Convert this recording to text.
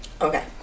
Okay